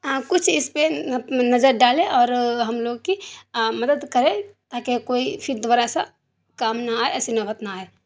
کچھ اس پہ نظر ڈالے اور ہم لوگ کی مدد کرے تاکہ کوئی پھر دوبارہ ایسا کام نہ آئے ایسی نوبت آئے